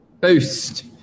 Boost